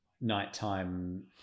nighttime